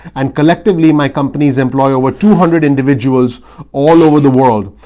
and collectively, my companies employ over two hundred individuals all over the world.